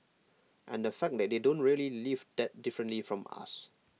and the fact that they don't really live that differently from us